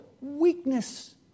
weakness